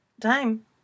time